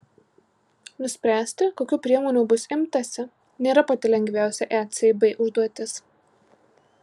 nuspręsti kokių priemonių bus imtasi nėra pati lengviausia ecb užduotis